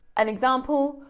an example,